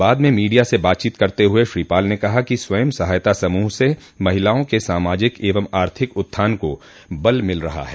बाद में मीडिया से बातचीत करते हुए श्री पाल ने कहा कि स्वयं सहायता समूह से महिलाओं के सामाजिक एवं आर्थिक उत्थान को बल मिल रहा है